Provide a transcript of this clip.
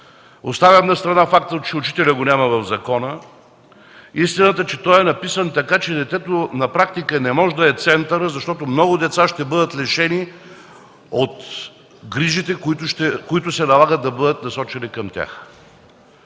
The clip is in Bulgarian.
Оставям настрана факта, че учителят го няма в закона. Истината е, че той е написан така, че детето на практика не може да е център, защото много деца ще бъдат лишени от грижите, които се налага да бъдат насочени към тях.